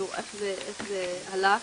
איך זה הלך.